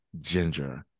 ginger